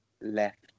left